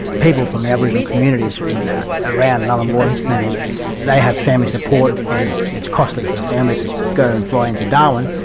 people from the aboriginal communities around and um nhulunbuy, and they have family support and it's costly for the family to go and fly into darwin,